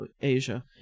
Asia